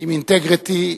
עם אינטגריטי,